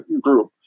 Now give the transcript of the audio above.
group